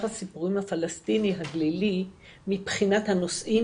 הסיפורים הפלסטיני הגלילי מבחינת הנושאים,